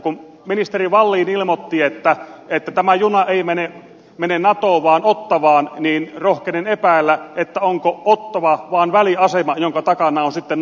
kun ministeri wallin ilmoitti että tämä juna ei mene natoon vaan ottawaan niin rohkenen epäillä onko ottawa vaan väliasema jonka takana on sitten nato